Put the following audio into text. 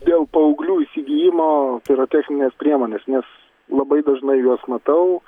dėl paauglių įsigijimo pirotechninės priemonės nes labai dažnai juos matau